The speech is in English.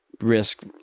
risk